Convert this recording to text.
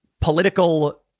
political